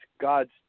god's